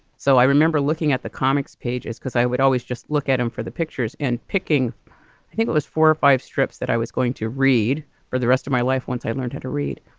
so i remember looking at the comics pages because i would always just look at them for the pictures and picking. i think it was four or five strips that i was going to read for the rest of my life once i learned how to read.